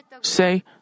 say